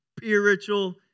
spiritual